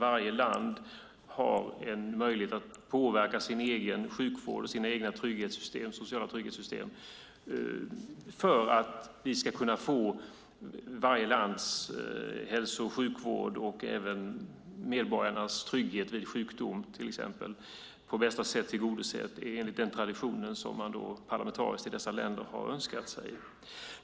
Varje land har en möjlighet att påverka sin egen sjukvård, sina egna sociala trygghetssystem för att vi ska kunna få till exempel varje lands hälso och sjukvård och även medborgarnas trygghet vid sjukdom på bästa sätt tillgodosedd enligt den tradition som man parlamentariskt i dessa länder har önskat sig.